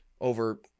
over